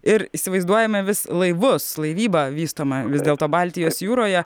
ir įsivaizduojame vis laivus laivyba vystoma vis dėlto baltijos jūroje